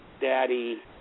daddy